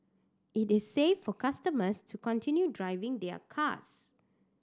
it is safe for customers to continue driving their cars